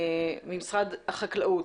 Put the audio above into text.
ממשרד החקלאות,